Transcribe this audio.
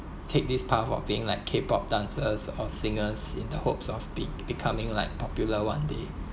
take this path of being like k pop dancers or singers in the hopes of be~ becoming like popular one day